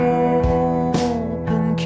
open